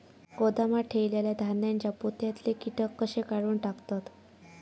गोदामात ठेयलेल्या धान्यांच्या पोत्यातले कीटक कशे काढून टाकतत?